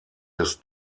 des